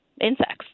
insects